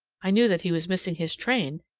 i knew that he was missing his train,